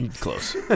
Close